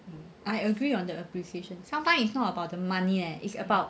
I agree on the appreciation sometimes it's not about the money leh it's about